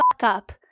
up